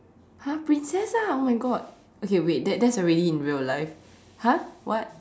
!huh! princess lah oh my God okay wait that's that's already in real life !huh! what